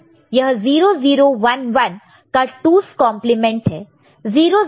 यह 0 0 1 1 का 2's complement 2's complement है